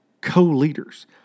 Co-leaders